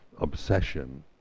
obsession